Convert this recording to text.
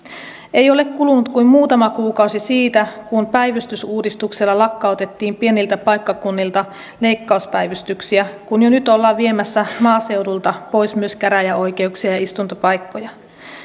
ei ole kulunut kuin muutama kuukausi siitä kun päivystysuudistuksella lakkautettiin pieniltä paikkakunnilta leikkauspäivystyksiä ja jo nyt ollaan viemässä maaseudulta pois myös käräjäoikeuksia ja istuntopaikkoja